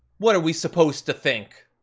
what are we supposed to think?